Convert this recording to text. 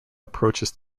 approaches